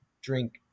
drink